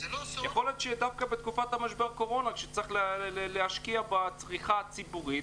יכול להיות שדווקא בתקופת משבר הקורונה שצריך להשקיע בצריכה הציבורית,